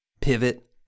Pivot